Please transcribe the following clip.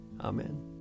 Amen